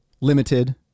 limited